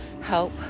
help